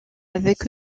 avec